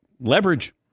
leverage